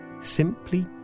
simply